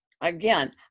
again